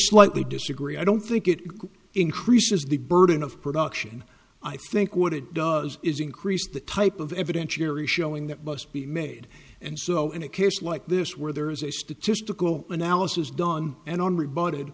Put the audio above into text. slightly disagree i don't think it increases the burden of production i think what it does is increase the type of evidentiary showing that must be made and so in a case like this where there is a statistical analysis done and on re